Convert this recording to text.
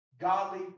Godly